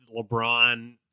LeBron